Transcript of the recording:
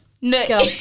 No